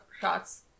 shots